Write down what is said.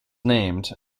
named